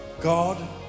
God